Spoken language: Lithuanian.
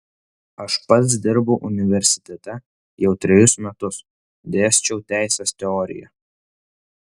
aš pats dirbau universitete jau trejus metus dėsčiau teisės teoriją